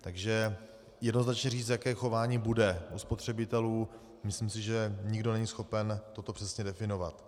Takže jednoznačně říct, jaké chování bude u spotřebitelů, myslím si, že nikdo není schopen toto přesně definovat.